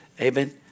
Amen